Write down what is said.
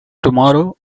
tomorrow